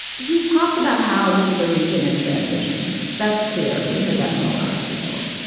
he talked about how this is a region in transition. that's clear. we heard that from a lot of people.